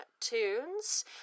tunes